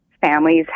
Families